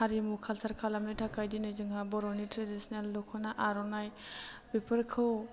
हारिमु कालसार खालामनो थाखाय दिनै जोंहा बर'नि ट्रेडिस्नेल दख'ना आर'नाइ बेफोरखौ